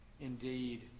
indeed